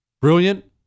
Brilliant